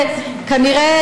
כנראה,